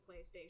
PlayStation